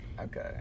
Okay